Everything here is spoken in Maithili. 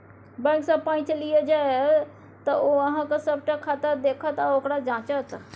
बैंकसँ पैच लिअ जाएब तँ ओ अहॅँक सभटा खाता देखत आ ओकरा जांचत